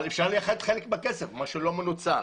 אבל אפשר להתחלק בכסף שלא מנוצל.